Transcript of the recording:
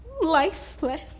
lifeless